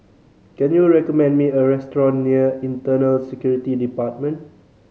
can you recommend me a restaurant near Internal Security Department